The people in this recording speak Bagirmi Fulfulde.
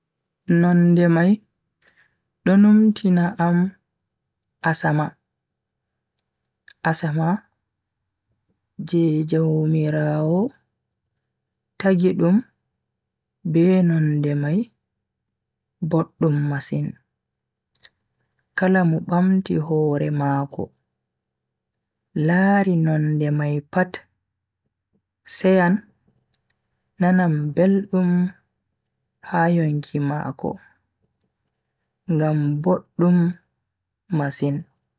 Nonde mai do numtina am asama. Asama je jaumiraawo tagi dum be nonde mai boddum masin. kala mo bamti hore mako lari nonde mai pat seyan nanan beldum ha yonki mako ngam boddum masin.